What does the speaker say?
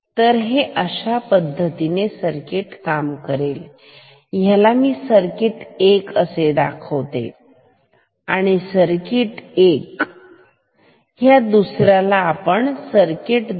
तर हे अशा पद्धतीने सर्किट काम करेल ह्याला मी सर्किट 1 असे दाखवतो सर्किट 1 आणि ह्या दुसऱ्याला आपण म्हणू या सर्किट 2